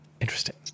Interesting